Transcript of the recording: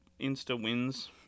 insta-wins